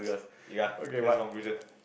ya that's conclusion